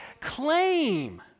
claim